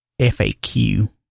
FAQ